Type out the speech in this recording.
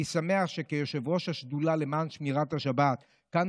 אני שמח שכיושב-ראש השדולה למען שמירת השבת כאן